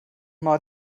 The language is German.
mal